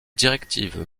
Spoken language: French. directives